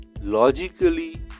logically